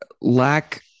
lack